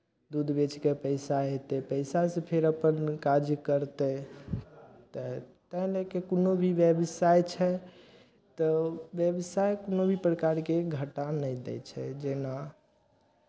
दूध बेचि कऽ पैसा अयतै पैसासँ फेर अपन काज करतै तऽ ताहि लऽ कऽ कोनो भी व्यवसाय छै तऽ व्यवसायमे कोनो भी प्रकारके घाटा नहि दै छै जेना